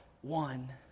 one